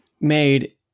made